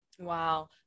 Wow